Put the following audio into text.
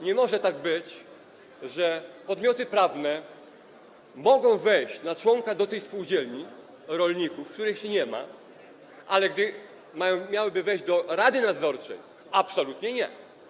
Nie może tak być, że podmioty prawne mogą wejść na członka do tej spółdzielni rolników, których nie ma, ale gdy miałyby wejść do rady nadzorczej - absolutnie nie.